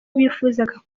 bifuzaga